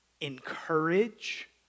encourage